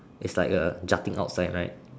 it's like a jutting out sign right